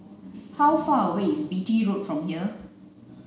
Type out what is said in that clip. how far away is Beatty Road from here